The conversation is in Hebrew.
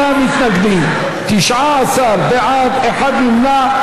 48 מתנגדים, 19 בעד, אחד נמנע.